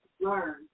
learn